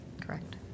Correct